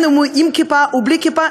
אם הוא עם כיפה או בלי כיפה,